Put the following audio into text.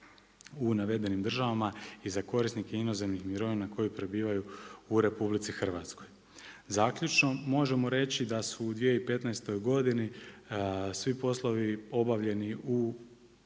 u navedenim državama i za korisnike inozemnih mirovina koji prebivaju u RH. Zaključno možemo reći da su u 2015. svi poslovi obavljeni u